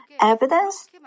evidence